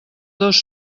dos